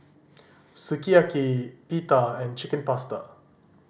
Sukiyaki Pita and Chicken Pasta